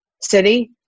city